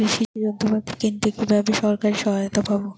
কৃষি যন্ত্রপাতি কিনতে কিভাবে সরকারী সহায়তা পাব?